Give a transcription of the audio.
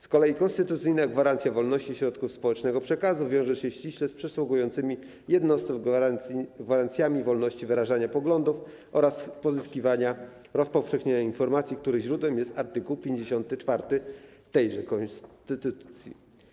Z kolei konstytucyjna gwarancja wolności środków społecznego przekazu ściśle wiąże się z przysługującymi jednostkom gwarancjami wolności wyrażania poglądów oraz pozyskiwania i rozpowszechniania informacji, których źródłem jest art. 54 tejże konstytucji.